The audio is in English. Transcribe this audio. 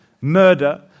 murder